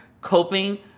coping